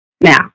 Now